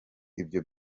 ibyo